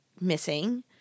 missing